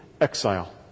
Exile